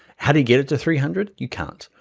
how do you get it to three hundred? you can't,